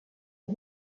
est